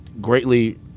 greatly